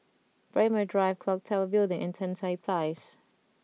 Braemar Drive Clock Tower Building and Tan Tye Place